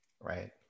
Right